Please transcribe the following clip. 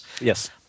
Yes